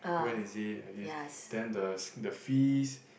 when is it like this then the the fees